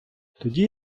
тоді